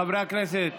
חברי הכנסת,